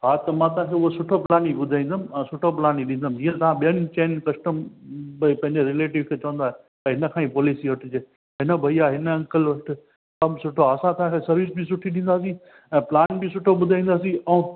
हा त मां तव्हांखे उहो सुठो प्लान ई ॿुधाईंदुमि ऐं सुठो प्लान ई ॾींदुमि जीअं तव्हां ॿियनि चइनि कस्टम त बइ पंहिंजे रिलेटिव खे चवंदा भाई हिन खां ई पोलीसी वठिजे हिन भैया हिन अंकल वटि कमु सुठो आहे असां तव्हांखे सर्विस बि सुठी ॾींदासीं ऐं प्लान बि सुठो ॿुधाईंदासीं ऐं